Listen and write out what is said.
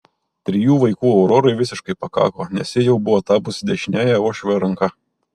trijų vaikų aurorai visiškai pakako nes ji jau buvo tapusi dešiniąja uošvio ranka